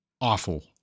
awful